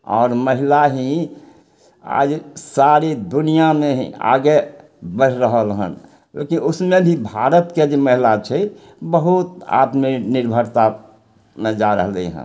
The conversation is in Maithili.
आओर महिला ही आज सारी दुनिआमे आगे बढ़ि रहल हन किएक कि उसमे भी भारतके जे महिला छै बहुत आत्म नि निर्भरतामे जा रहलय हन